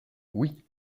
oui